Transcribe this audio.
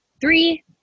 Three